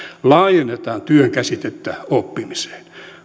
laajennetaan työn käsitettä oppimiseen